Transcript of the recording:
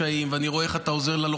ואני רואה איך אתה עוזר לחקלאים פה,